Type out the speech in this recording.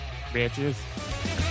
bitches